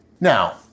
Now